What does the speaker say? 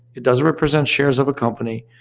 it doesn't represent shares of a company,